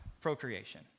Procreation